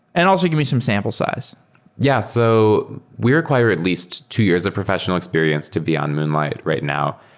and also give me some sample size yeah. so we require at least two years of professional experience to be on moonlight right now.